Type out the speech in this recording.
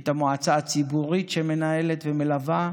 את המועצה הציבורית שמנהלת ומלווה,